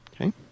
Okay